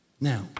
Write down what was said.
Now